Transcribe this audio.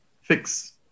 fix